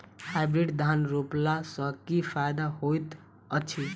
Hybrid धान रोपला सँ की फायदा होइत अछि?